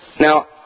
Now